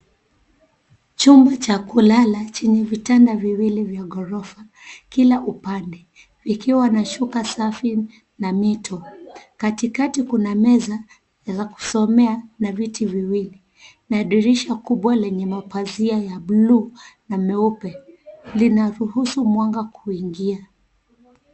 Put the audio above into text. Chumba cha kulala chenye vitanda viwili vya ghorofa, kila upande. Vikiwa na shuka safi, na mito. Katikati kuna meza, za kusomea na viti viwili, na dirisha kubwa lenye mapazia ya bluu na meupe. Linaruhusu mwanga kuingia.